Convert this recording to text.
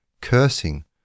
cursing